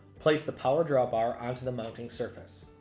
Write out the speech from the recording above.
place the power drawbar onto the mounting surface.